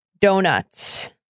donuts